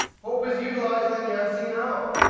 hope is utilized in the unseen realm.